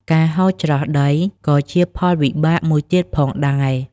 ការហូរច្រោះដី ក៏ជាផលវិបាកមួយទៀតផងដែរ។